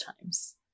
times